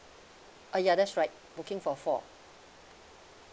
uh ya that's right booking for four